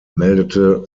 meldete